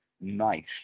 nice